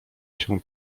chce